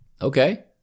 okay